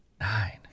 Nine